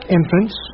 infants